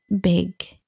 big